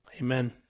Amen